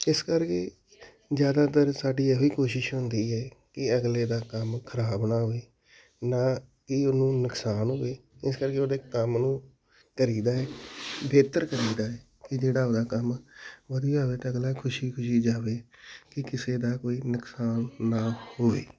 ਇਸ ਕਰਕੇ ਜ਼ਿਆਦਾਤਰ ਸਾਡੀ ਇਹੋ ਹੀ ਕੋਸ਼ਿਸ਼ ਹੁੰਦੀ ਹੈ ਕਿ ਅਗਲੇ ਦਾ ਕੰਮ ਖ਼ਰਾਬ ਨਾ ਹੋਵੇ ਨਾ ਇਹ ਉਹਨੂੰ ਨੁਕਸਾਨ ਹੋਵੇ ਇਸ ਕਰਕੇ ਉਹਦੇ ਕੰਮ ਨੂੰ ਕਰੀਦਾ ਹੈ ਬਿਹਤਰ ਕਰੀਦਾ ਹੈ ਕਿ ਜਿਹੜਾ ਉਹਦਾ ਕੰਮ ਵਧੀਆ ਹੋਵੇ ਅਤੇ ਅਗਲਾ ਖੁਸ਼ੀ ਖੁਸ਼ੀ ਜਾਵੇ ਕਿ ਕਿਸੇ ਦਾ ਕੋਈ ਨੁਕਸਾਨ ਨਾ ਹੋਵੇ